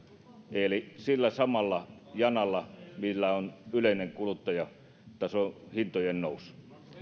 eli sillä samalla janalla millä on yleinen kuluttajatason hintojen nousu